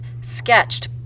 sketched